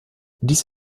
dies